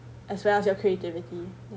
as well as your creativity